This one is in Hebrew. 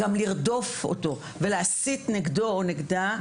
גם לרדוף אותו ולהסית נגדו או נגדה,